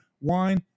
wine